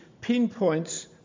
pinpoints